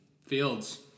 Fields